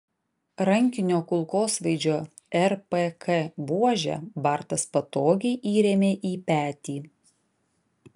rankinio kulkosvaidžio rpk buožę bartas patogiai įrėmė į petį